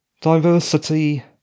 Diversity